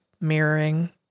mirroring